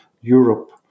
Europe